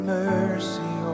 mercy